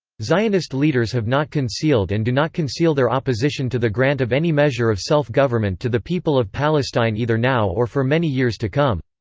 zionist leaders have not concealed and do not conceal their opposition to the grant of any measure of self-government to the people of palestine either now or for many years to come.